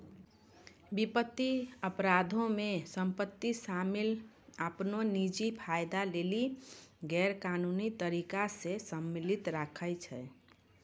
वित्तीय अपराधो मे सम्पति मालिक अपनो निजी फायदा लेली गैरकानूनी तरिका से सम्पति राखै छै